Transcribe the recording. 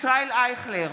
ישראל אייכלר,